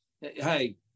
hey